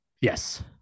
Yes